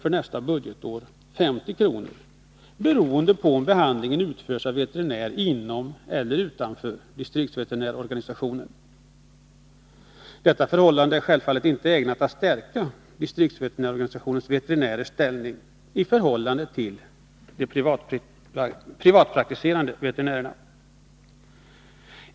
för nästa budgetår, beroende på om behandlingen utförs av veterinärer inom eller utanför distriktsveterinärorganisationen. Detta förhållande är självfallet inte ägnat att stärka distriktsveterinärorganisationens veterinärers ställning i förhållande till privatpraktiserande veterinärer.